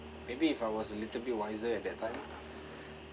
maybe if I was a little bit wiser at that time